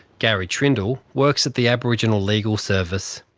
gary trindall works at the aboriginal legal service.